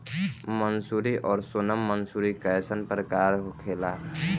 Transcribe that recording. मंसूरी और सोनम मंसूरी कैसन प्रकार होखे ला?